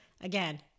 Again